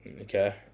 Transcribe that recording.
Okay